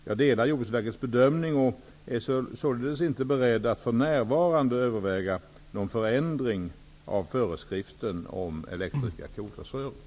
Jag delar Jordbruksverkets bedömning och är således inte beredd att för närvarande överväga någon förändring av föreskriften om elektriska kodressörer.